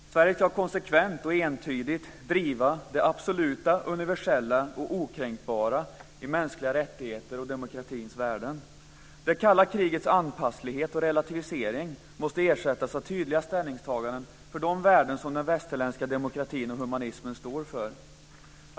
Fru talman! Sverige ska konsekvent och entydigt driva det absoluta, universella och okränkbara i mänskliga rättigheter och demokratins värden. Det kalla krigets anpasslighet och relativisering måste ersättas av tydliga ställningstaganden för de värden som den västerländska demokratin och humanismen står för.